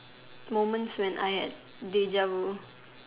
moments when I had